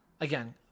again